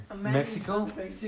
Mexico